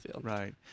Right